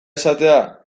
esatea